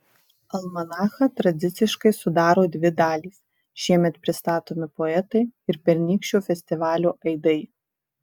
almanachą tradiciškai sudaro dvi dalys šiemet pristatomi poetai ir pernykščio festivalio aidai